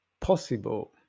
possible